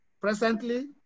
Presently